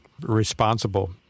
responsible